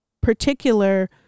particular